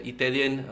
Italian